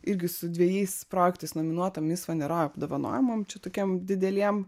irgi su dvejais projektais nominuotam mis va ne ro apdovanojimam čia tokiem dideliem